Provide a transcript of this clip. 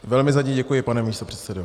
Velmi za něj děkuji, pane místopředsedo.